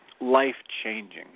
life-changing